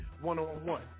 one-on-one